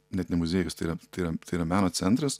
net ne muziejus tai yra tai yra tai yra meno centras